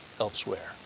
elsewhere